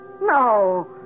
No